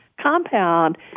compound